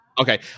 Okay